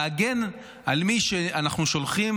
להגן על מי שאנחנו שולחים